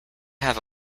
have